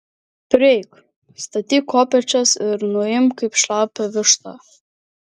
prieik statyk kopėčias ir nuimk kaip šlapią vištą